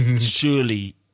surely